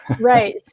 Right